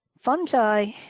fungi